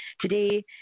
Today